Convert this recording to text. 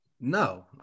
No